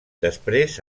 després